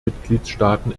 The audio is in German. mitgliedstaaten